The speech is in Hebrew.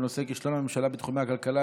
בנושא: כישלון הממשלה בתחומי הכלכלה,